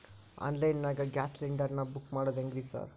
Online ನಾಗ gas cylinder ನಾ book ಮಾಡೋದ್ ಹೆಂಗ್ರಿ ಸಾರ್?